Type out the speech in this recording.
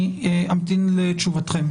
אני אמתין לתשובתכם.